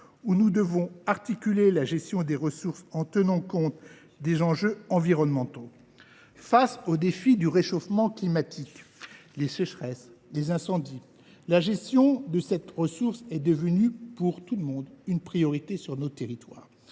où nous devons articuler la gestion des ressources en tenant compte des enjeux environnementaux. Face aux défis posés par le réchauffement climatique – les sécheresses, les incendies –, la gestion de cette ressource est devenue une priorité pour nos territoires.